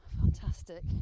Fantastic